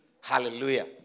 Hallelujah